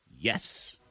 Yes